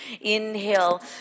Inhale